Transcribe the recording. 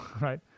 right